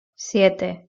siete